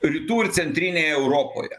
rytų ir centrinėje europoje